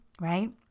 right